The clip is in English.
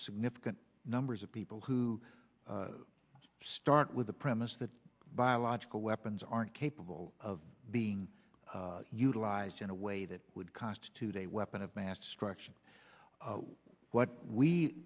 significant numbers of people who start with the premise that biological weapons aren't capable of being utilized in a way that would constitute a weapon of mass destruction what we